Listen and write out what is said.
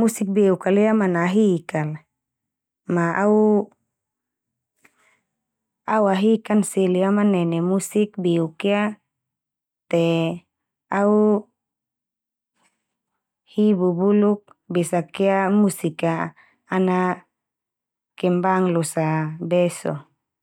musik beuk kal ia mana'a hik kal, ma au awahik kan seli amanene musik beuk ia. Te au hi bubuluk besakia musik ka ana kembang losa be so.